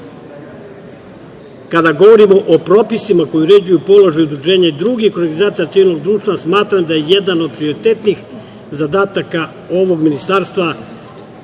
Kada govorimo o propisima koji uređuju položaj udruženja i drugih organizacija civilnog društva smatram da je jedan od prioritetnih zadataka ovog ministarstva